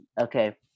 okay